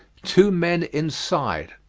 two men inside.